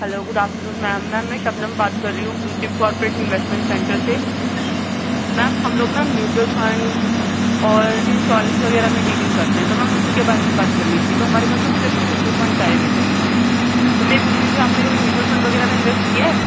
hello good afternoon ma'am میم میں میں شبنم بات کر رہی ہوں blue chip corporate investment centre سے میم ہم لوگ نا میوچل فنڈ اور انشورنس وغیرہ میں ڈیلنگ کرتے ہیں تو میم اُسی کے بارے میں بات کرنی تھی تو ہمارے پاس نا کچھ اچھے میوچل فنڈس آئے ہوئے تھے تو میں یہ پوچھ رہی تھی کہ آپ نے کبھی میوچل فنڈ وغیرہ میں کبھی انویسٹ کیا ہے